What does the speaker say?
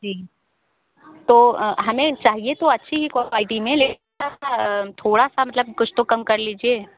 जी तो हमें चाहिए तो अच्छी ही क्वाल्टी में लेकिन आप थोड़ा सा मतलब कुछ तो कम कर लीजिए